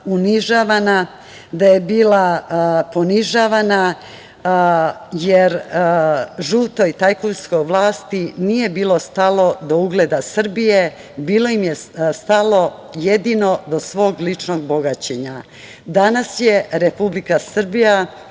unižavana, da je bila ponižavana, jer žutoj tajkunskoj vlasti nije bilo stalo do ugleda Srbije, bilo im je stalo jedino do svog ličnog bogaćenja. Danas je Republika Srbije,